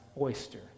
oyster